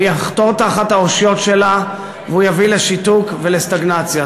הוא יחתור תחת האושיות שלה והוא יביא לשיתוק ולסטגנציה.